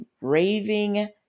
raving